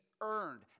earned